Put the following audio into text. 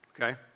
okay